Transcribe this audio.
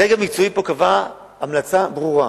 הדרג המקצועי קבע המלצה ברורה